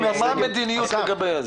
מה המדיניות לגבי זה?